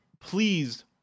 please